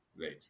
right